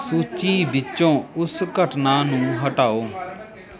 ਸੂਚੀ ਵਿੱਚੋਂ ਉਸ ਘਟਨਾ ਨੂੰ ਹਟਾਓ